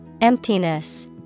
Emptiness